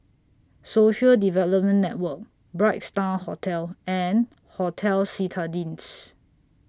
Social Development Network Bright STAR Hotel and Hotel Citadines